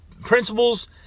principles